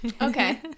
Okay